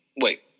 Wait